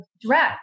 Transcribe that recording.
direct